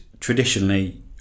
traditionally